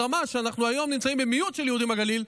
ברמה שאנחנו היום נמצאים במיעוט של יהודים בגליל,